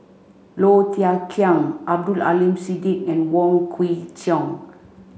Low Thia Khiang Abdul Aleem Siddique and Wong Kwei Cheong